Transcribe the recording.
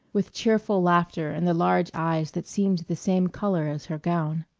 with cheerful laughter in the large eyes that seemed the same color as her gown.